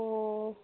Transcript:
অঁ